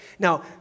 Now